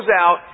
out